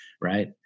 Right